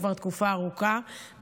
כבר תקופה ארוכה,